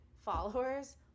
followers